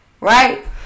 Right